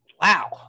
Wow